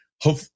hope